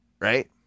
right